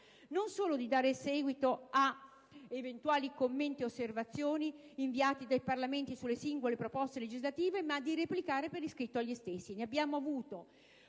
non solo di dare seguito ad eventuali commenti e osservazioni inviati dai Parlamenti sulle singole proposte legislative, ma di replicare per iscritto agli stessi. Ne abbiamo avuto